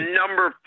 number